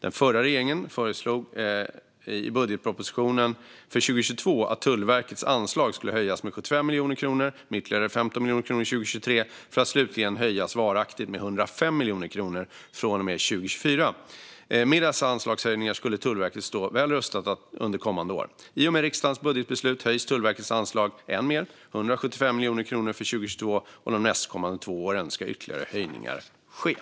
Den förra regeringen föreslog i budgetpropositionen för 2022 att Tullverkets anslag skulle höjas med 75 miljoner kronor och med ytterligare 15 miljoner kronor 2023, för att slutligen höjas varaktigt med 105 miljoner kronor från och med 2024. Med dessa anslagshöjningar skulle Tullverket stå väl rustat under kommande år. I och med riksdagens budgetbeslut höjs Tullverkets anslag än mer, nämligen med 175 miljoner för 2022 och med ytterligare höjningar de nästkommande två åren.